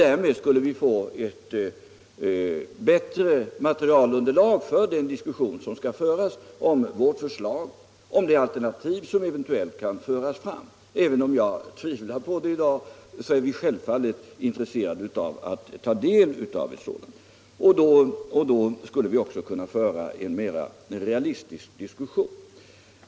Därmed skulle vi kanske få ett bättre underlag för den diskussion som skall föras om vårt förslag och om de alternativ som kan komma att föras fram. Även om jag i dag tvivlar möjligheterna för på att några sådana finns, är vi självfallet intresserade av att ta del av underlaget för alternativa lösningar. Då skulle vi också kunna föra en mera realistisk diskussion.